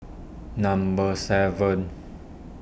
number seven